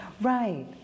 Right